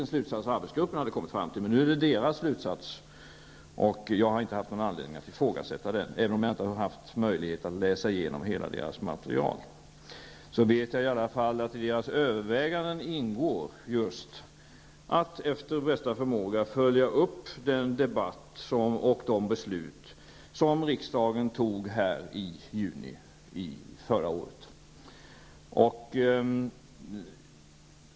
Den slutsats som arbetsgruppen kommit fram till är dess egen, och jag har inte haft någon anledning att ifrågasätta den. Även om jag inte haft möjlighet att läsa igenom hela dess material, vet jag att den i sina överväganden haft att efter bästa förmåga följa upp debatten och besluten i riksdagen i juni förra året.